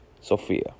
Sophia